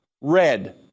red